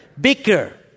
bigger